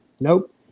Nope